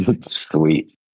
Sweet